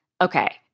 okay